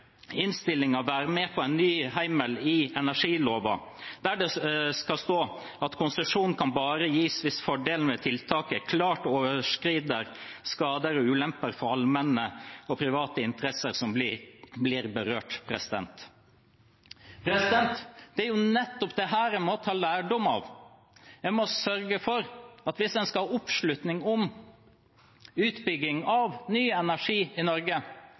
være med på en ny hjemmel i energiloven der det skal stå: «Konsesjon kan bare gis hvis fordelen ved tiltaket klart overstiger skader og ulemper for allmenne og private interesser som blir berørt.» Det er nettopp dette en må ta lærdom av. Hvis en skal få oppslutning om utbygging av ny energi i Norge,